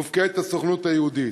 מופקדת הסוכנות היהודית.